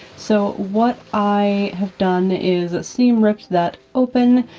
so what i have done is i seam-ripped that open,